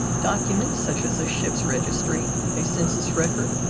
documents such as a ship's registry, a census record,